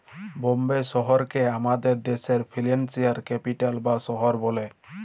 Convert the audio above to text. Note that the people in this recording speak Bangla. বম্বে শহরকে আমাদের দ্যাশের ফিল্যালসিয়াল ক্যাপিটাল বা শহর ব্যলে